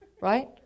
right